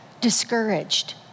discouraged